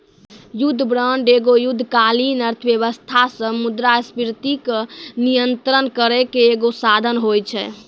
युद्ध बांड एगो युद्धकालीन अर्थव्यवस्था से मुद्रास्फीति के नियंत्रण करै के एगो साधन होय छै